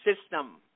system